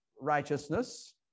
righteousness